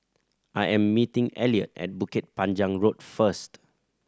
I am meeting Eliot at Bukit Panjang Road first